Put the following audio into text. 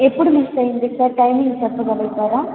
ఎప్పుడు మిస్ అయింది sir timing చెప్పగలుగుతారా